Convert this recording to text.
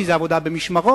כי זאת עבודה במשמרות,